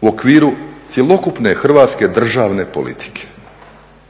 u okviru cjelokupne hrvatske državne politike.